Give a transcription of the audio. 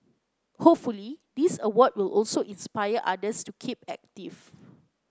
hopefully this award will also inspire others to keep active